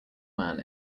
man